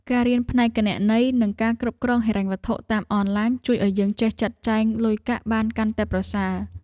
ការរៀនផ្នែកគណនេយ្យ និងការគ្រប់គ្រងហិរញ្ញវត្ថុតាមអនឡាញជួយឱ្យយើងចេះចាត់ចែងលុយកាក់បានកាន់តែប្រសើរ។